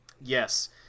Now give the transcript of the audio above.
Yes